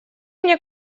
мне